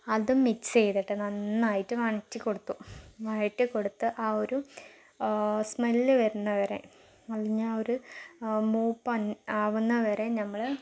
അതും മിക്സ് ചെയ്തിട്ട് നന്നായിട്ട് വഴറ്റി കൊടുത്തു വഴറ്റി കൊടുത്തു ആ ഒരു സ്മെല്ല് വരുന്നതു വരെ അതിനെ ഒരു മൂപ്പ് അൻ ആകുന്നതുവരെ നമ്മൾ